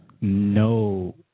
no